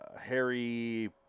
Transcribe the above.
Harry